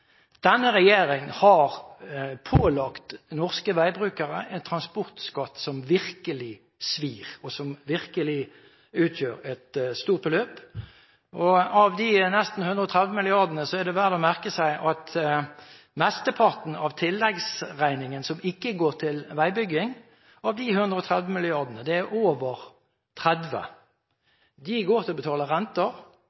Denne regjeringen har pålagt norske veibrukere en transportskatt som virkelig svir, og som virkelig utgjør et stort beløp. Av de nesten 130 mrd. kr er det verd å merke seg at mesteparten av tilleggsregningen, det som ikke går til veibygging av de 130 mrd. kr – det er over 30